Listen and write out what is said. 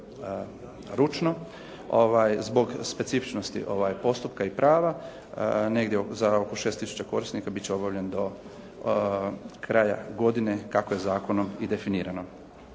ručno zbog specifičnosti postupka i prava negdje za oko 6 tisuća korisnika bit će obavljen do kraja godine kako je zakonom i definirano.